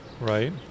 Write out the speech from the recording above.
Right